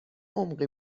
عمقی